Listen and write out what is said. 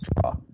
draw